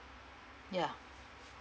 ya